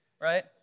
right